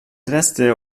reste